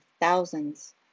thousands